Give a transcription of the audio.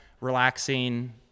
relaxing